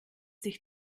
sich